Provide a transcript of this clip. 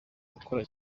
gukora